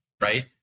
right